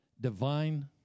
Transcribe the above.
divine